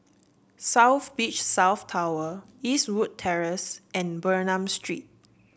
South Beach South Tower Eastwood Terrace and Bernam Street